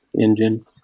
engine